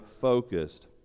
focused